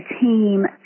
team